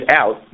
out